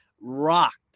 rocked